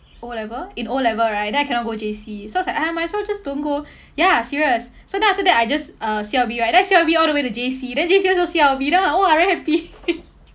O-level in O-level right then I cannot go J_C so I was like !aiya! might as well just don't go ya serious so then after that I just uh C_L_B right then I C_L_B all the way to J_C then J_C also C_L_B then I'm like !wah! very happy